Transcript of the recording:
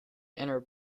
enter